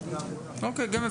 אוקיי, גם אפשרות.